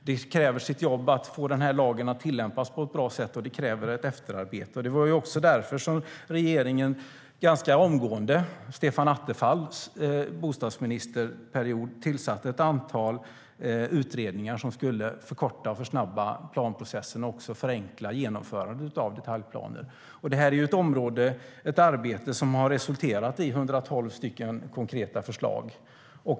Det krävs mycket jobb för att få lagen att tillämpas på ett bra sätt, och det krävs efterarbete. Det var också därför som regeringen under Stefan Attefalls period som bostadsminister ganska omgående tillsatte ett antal utredningar som skulle förkorta och snabba på planprocessen och även förenkla genomförandet av detaljplaner. Det är ett arbete som har resulterat i 112 konkreta förslag.